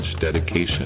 Dedication